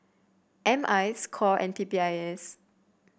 M I Score and P P I S